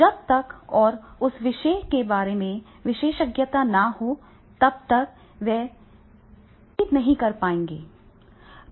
जब तक और उस विषय में विशेषज्ञता न हो तब तक वे वितरित नहीं कर पाएंगे